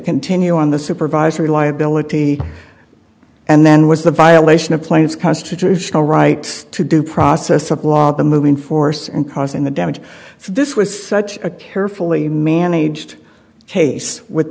continue on the supervisory liability and then was the violation of plaintiff's constitutional rights to due process of law the moving force and causing the damage this was such a carefully managed case with